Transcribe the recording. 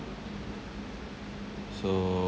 so~